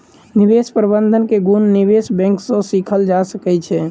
निवेश प्रबंधन के गुण निवेश बैंक सॅ सीखल जा सकै छै